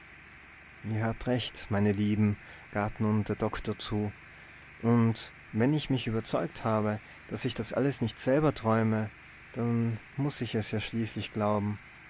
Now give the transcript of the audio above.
ihr habt recht meine lieben gab nun der doktor zu und wenn ich mich überzeugt habe daß ich das alles nicht selber träume dann muß ich es ja schließlich glauben